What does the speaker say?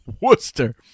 Worcester